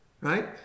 right